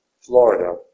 Florida